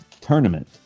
tournament